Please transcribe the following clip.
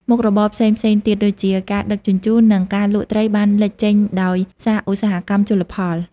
មុខរបរផ្សេងៗទៀតដូចជា ការដឹកជញ្ជូន និងការលក់ត្រីបានលេចចេញដោយសារឧស្សាហកម្មជលផល។